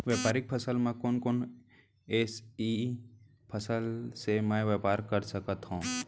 व्यापारिक फसल म कोन कोन एसई फसल से मैं व्यापार कर सकत हो?